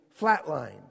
flatlined